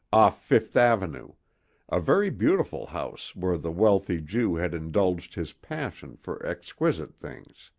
off fifth avenue a very beautiful house where the wealthy jew had indulged his passion for exquisite things.